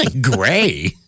Gray